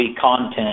content